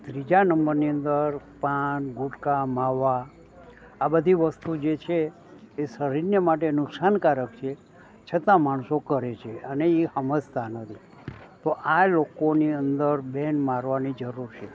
ત્રીજા નંબરની અંદર પાન ગુટકા માવા આ બધી વસ્તુ જે છે એ શરીરને માટે નુકસાનકારક છે છતાં માણસો કરે છે અને એ સમજતા નથી તો આ લોકોને અંદર બેન મારવાની જરૂર છે